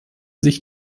sich